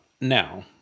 now